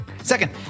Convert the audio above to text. Second